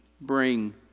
bring